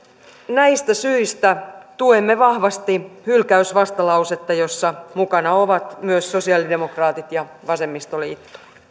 näistä syistä tuemme vahvasti hylkäysvastalausetta jossa mukana ovat myös sosialidemokraatit ja vasemmistoliitto